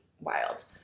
wild